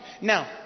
Now